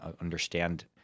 understand